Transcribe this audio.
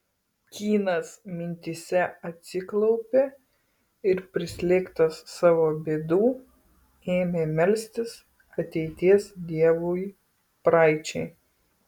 kynas mintyse atsiklaupė ir prislėgtas savo bėdų ėmė melstis ateities dievui praeičiai